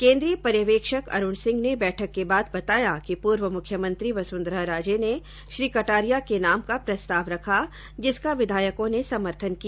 केन्द्रीय पर्यवेक्षक अरूण सिंह ने बैठक के बाद बताया कि पूर्व मुख्यमंत्री वसुंधरा राजे ने श्री कटारिया के नाम का प्रस्ताव रखा जिसका विधायकों ने समर्थन किया